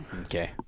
Okay